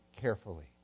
carefully